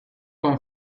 con